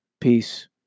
Peace